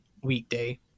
weekday